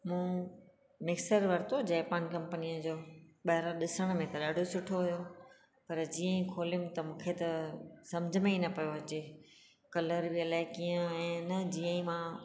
मूं मिक्सर वरितो जेपान कंपनीअ जो ॿाहिरों ॾिसणु में त ॾाढो सुठो हुयो पर जीअं ई खोलियमि त मूंखे त सम्झ में ही न पियो अचे कलरु बि अलाए कीअं आहे न जीअं ई मां